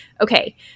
Okay